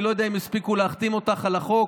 אני לא יודע אם הספיקו להחתים אותך על החוק.